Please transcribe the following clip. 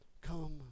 come